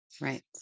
Right